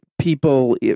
people